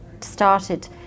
started